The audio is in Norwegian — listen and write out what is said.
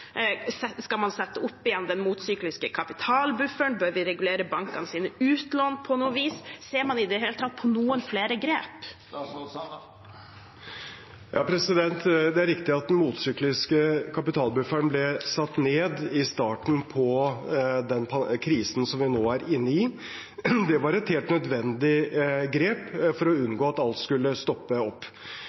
Skal man sette opp igjen den motsykliske kapitalbufferen? Bør vi regulere bankenes utlån på noe vis? Ser man i det hele tatt på noen flere grep? Det er riktig at den motsykliske kapitalbufferen ble satt ned i starten på den krisen vi nå er inne i. Det var et helt nødvendig grep for å unngå at alt skulle stoppe opp.